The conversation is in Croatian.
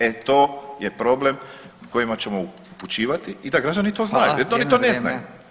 E to je problem kojima ćemo upućivati da građani to znaju jer oni to ne znaju.